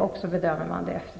och bedömer därefter.